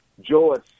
George